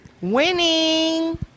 Winning